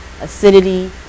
acidity